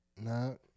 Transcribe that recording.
No